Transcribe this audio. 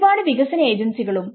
ഒരുപാട് വികസന ഏജൻസികളും